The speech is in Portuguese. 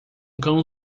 cão